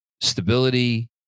stability